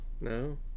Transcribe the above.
No